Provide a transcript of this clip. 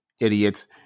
idiots